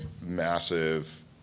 massive